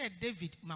David